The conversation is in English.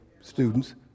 students